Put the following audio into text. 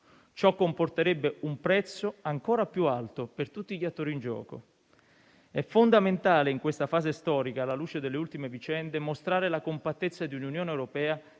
Ciò comporterebbe un prezzo ancora più alto per tutti gli attori in gioco. È fondamentale, in questa fase storica, alla luce delle ultime vicende, mostrare la compattezza di una Unione europea